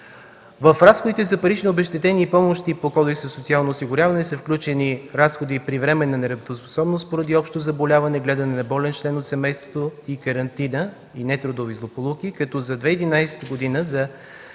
В разходите за парични обезщетения и помощи по Кодекса за социално осигуряване са включени разходи при временна нетрудоспособност поради общо заболяване, гледане на болен член от семейството и карантина, нетрудови злополуки, като за 2011 г. за